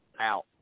out